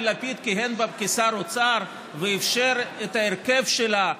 לפיד כיהן בה כשר אוצר ואפשר את ההרכב שלה,